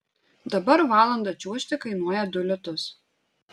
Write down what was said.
dabar valandą čiuožti kainuoja du litus